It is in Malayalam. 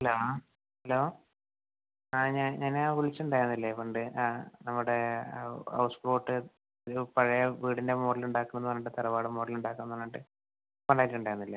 ഹലോ ഹലോ ആ ഞാൻ ഞാന് വിളിച്ച് ഉണ്ടായിരുന്നില്ലെ പണ്ട് ആ നമ്മുടെ ഹൗസ് ബോട്ട് ഒരു പഴയ വീടിൻ്റെ മോഡല് ഉണ്ടാക്കണമെന്ന് പറഞ്ഞിട്ട് തറവാട് മോഡല് ഉണ്ടാക്കണമെന്ന് പറഞ്ഞിട്ട് പറഞ്ഞിട്ടുണ്ടായിരുന്നില്ലേ